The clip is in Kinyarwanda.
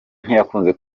ntiyakunze